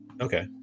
Okay